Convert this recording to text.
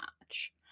match